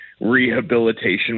rehabilitation